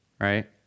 right